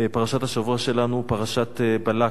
פרשת השבוע שלנו, פרשת בלק.